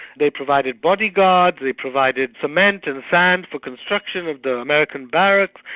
they provided bodyguards, they provided cement and sand for construction of the american barracks,